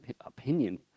opinion